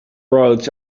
roads